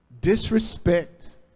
disrespect